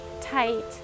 tight